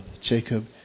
Jacob